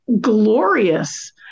glorious